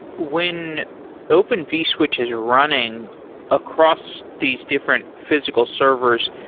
when open vswitch is running across these different physical servers,